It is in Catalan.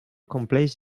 compleix